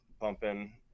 pumping